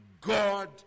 God